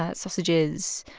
ah sausages.